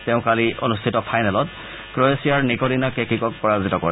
তেওঁ কালি অনুষ্ঠিত ফাইনেলত ক্ৰয়েছিয়াৰ নিকলিনা কেকিকক পৰাজিত কৰে